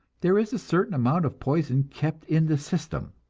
there is a certain amount of poison kept in the system,